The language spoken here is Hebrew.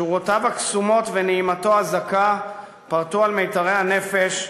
שורותיו הקסומות ונעימתו הזכה פרטו על מיתרי הנפש,